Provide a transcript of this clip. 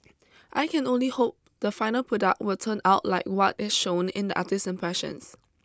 I can only hope the final product will turn out like what is shown in the artist's impressions